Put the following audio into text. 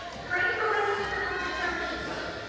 strained relationship with the care receiver,